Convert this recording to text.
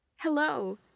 Hello